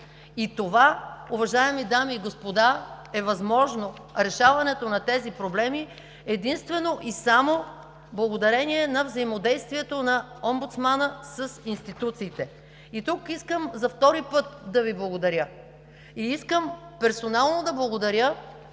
Това, уважаеми дами и господа, е възможно – решаването на тези проблеми единствено и само благодарение на взаимодействието на омбудсмана с институциите. Тук искам за втори път да Ви благодаря. Искам да благодаря